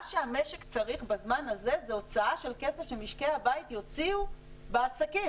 שהמשק צריך בזמן הזה זה הוצאה של כסף שמשקי הבית יוציאו בעסקים.